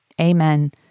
Amen